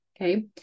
Okay